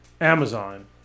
Amazon